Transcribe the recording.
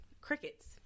crickets